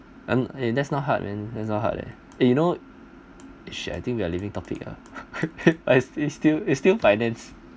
and that's not hard man that's long hard eh eh you know shit I think we are leaving topic ah I see still is still finance